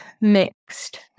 Mixed